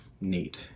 neat